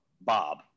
Bob